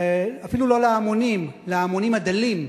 אפילו לא להמונים, להמונים הדלים,